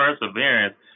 perseverance